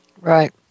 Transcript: Right